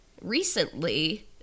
recently